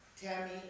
Tammy